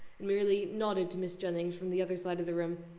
and merely nodded to mrs. jennings from the other side of the room.